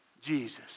Jesus